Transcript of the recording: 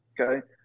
okay